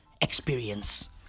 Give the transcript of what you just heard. experience